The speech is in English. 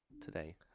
today